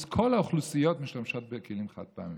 כל האוכלוסיות משתמשות בכלים חד-פעמיים,